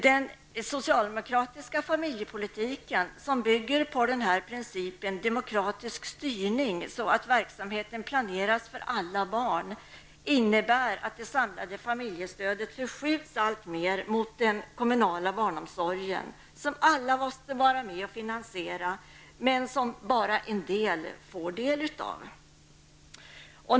Den socialdemokratiska familjepolitiken, som bygger på principen demokratisk styrning så att verksamheten planeras för alla barn, innebär att det samlade familjestödet förskjuts alltmer mot den kommunala barnomsorgen som alla måste vara med och finansiera men som bara en del får del av.